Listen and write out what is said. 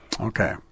Okay